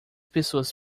pessoas